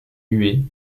huet